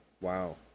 Wow